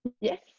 Yes